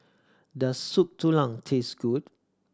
does Soup Tulang taste good